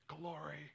glory